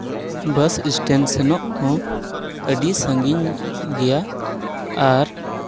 ᱵᱟᱥ stand ᱥᱮᱱᱚᱜ ᱦᱚᱸ ᱟᱹᱰᱤ ᱥᱟᱺᱜᱤᱧ ᱜᱮᱭᱟ ᱟᱨ